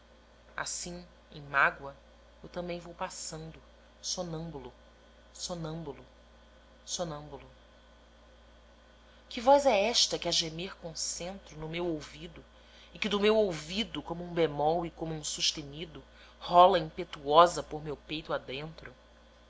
assim em mágoa eu também vou passando sonâmbulo sonâmbulo sonâmbulo que voz é esta que a gemer concentro no meu ouvido e que do meu ouvido como um bemol e como um sustenido rola impetuosa por meu peito adentro